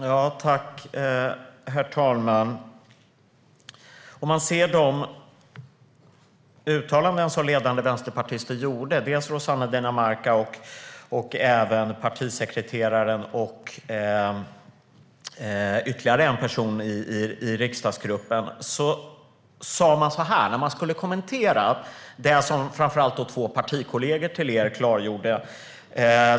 Herr talman! Låt oss se på de uttalanden som ledande vänsterpartister gjorde, dels Rossana Dinamarca, dels partisekreteraren och ytterligare en person i riksdagsgruppen. De skulle kommentera vad framför allt två partikollegor till er klargjorde.